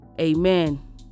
amen